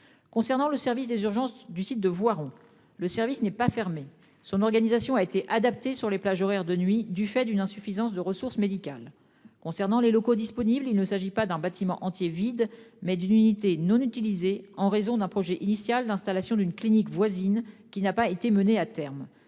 concernant le service des urgences du site de Voiron. Le service n'est pas fermé. Son organisation a été adapté sur les plages horaires de nuit du fait d'une insuffisance de ressources médicales concernant les locaux disponibles. Il ne s'agit pas d'un bâtiment entier vide mais d'une unité non utilisés en raison d'un projet initial d'installation d'une clinique voisine qui n'a pas été mené à terme